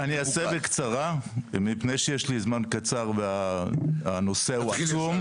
אני אעשה בקצרה ומפני שיש לי זמן קצר והנושא הוא עצום,